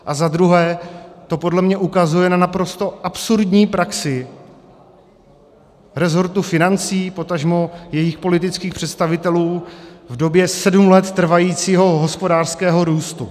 A za druhé to podle mě ukazuje na naprosto absurdní praxi rezortu financí, potažmo jejich politických představitelů v době sedm let trvajícího hospodářského růstu.